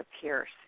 Pierce